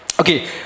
okay